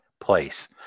place